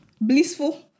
Blissful